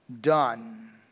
done